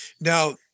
now